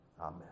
Amen